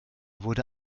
wurde